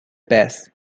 best